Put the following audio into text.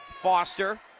Foster